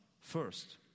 first